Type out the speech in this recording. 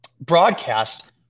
broadcast